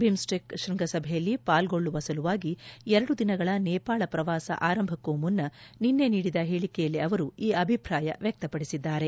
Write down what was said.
BIMSTEC ಶ್ವಂಗಸಭೆಯಲ್ಲಿ ಪಾಲ್ಗೊಳ್ಳುವ ಸಲುವಾಗಿ ಎರಡು ದಿನಗಳ ನೇಪಾಳ ಪ್ರವಾಸ ಆರಂಭಕ್ಕೂ ಮುನ್ನ ನಿನ್ನೆ ನೀಡಿದ ಹೇಳಿಕೆಯಲ್ಲಿ ಅವರು ಈ ಅಭಿಪ್ರಾಯ ವ್ಯಕ್ತಪಡಿಸಿದ್ದಾರೆ